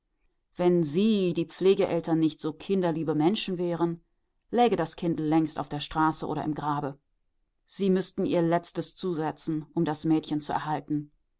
wenn sie die pflegeeltern nicht so kinderliebe menschen wären läge das kind längst auf der straße oder im grabe sie müßten ihr letztes zusetzen um das mädchen zu erhalten